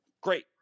great